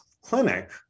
clinic